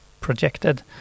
projected